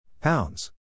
Pounds